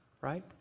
right